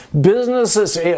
Businesses